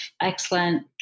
excellent